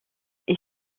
est